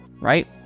right